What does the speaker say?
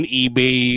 eBay